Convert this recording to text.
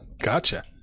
gotcha